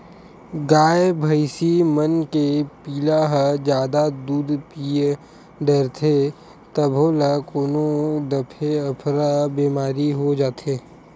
गाय भइसी मन के पिला ह जादा दूद पीय डारथे तभो ल कोनो दफे अफरा बेमारी हो जाथे